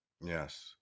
Yes